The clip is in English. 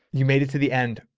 you made it to the end.